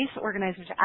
organizers